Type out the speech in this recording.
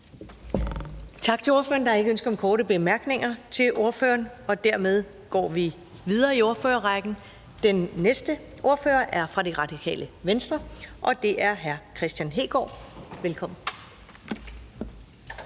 Tak til ordføreren. Der er ikke ønske om korte bemærkninger, og dermed går vi videre i ordførerrækken. Den næste ordfører er fra Det Radikale Venstre, og det er hr. Kristian Hegaard. Velkommen.